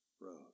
road